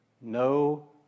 no